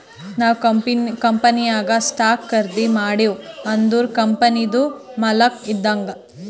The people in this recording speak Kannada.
ನಾವ್ ಕಂಪನಿನಾಗ್ ಸ್ಟಾಕ್ ಖರ್ದಿ ಮಾಡಿವ್ ಅಂದುರ್ ಕಂಪನಿದು ಮಾಲಕ್ ಇದ್ದಂಗ್